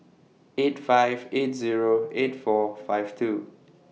eight five eight Zero eight four five two